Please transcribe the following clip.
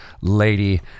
Lady